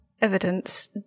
evidence